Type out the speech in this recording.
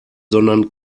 sondern